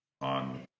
on